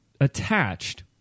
attached